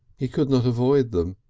he could not avoid them,